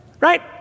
right